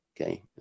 Okay